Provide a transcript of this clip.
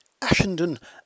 Ashenden